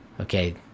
okay